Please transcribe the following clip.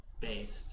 based